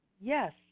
Yes